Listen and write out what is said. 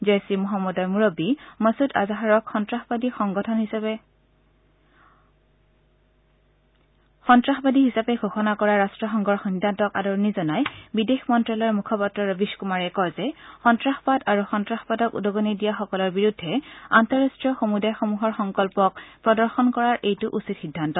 জঈচ ই মহম্মদৰ মূৰববী মছুদ আজহাৰক সন্তাসবাদী সংগঠন হিচাপে ঘোষণা কৰা ৰট্টসংঘৰ সিদ্ধান্তক আদৰণি জনাই বিদেশ মন্ত্যালয়ৰ মুখপাত্ৰ ৰবীশ কুমাৰে কয় যে সন্তাসবাদ আৰু সন্তাসবাদক উদগণি দিয়া সকলৰ বিৰুদ্ধে আন্তঃৰাষ্ট্ৰীয় সমূদায়সমূহৰ সংকল্পক প্ৰদৰ্শন কৰাৰ এইটো উচিত সিদ্ধান্ত